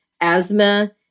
asthma